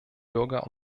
bürger